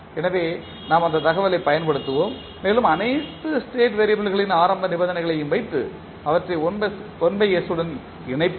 எனவே நாம் அந்த தகவலைப் பயன்படுத்துவோம் மேலும் அனைத்து ஸ்டேட் வெறியபிள்களின் ஆரம்ப நிபந்தனைகளையும் வைத்து அவற்றை 1 s உடன் இணைப்போம்